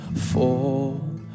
fall